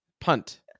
Punt